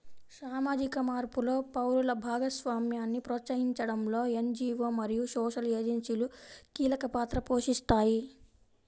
సామాజిక మార్పులో పౌరుల భాగస్వామ్యాన్ని ప్రోత్సహించడంలో ఎన్.జీ.వో మరియు సోషల్ ఏజెన్సీలు కీలక పాత్ర పోషిస్తాయి